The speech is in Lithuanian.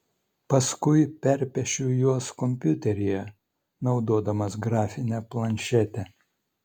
paskui perpiešiu juos kompiuteryje naudodamas grafinę planšetę